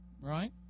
right